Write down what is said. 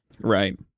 Right